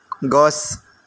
গছ